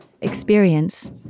experience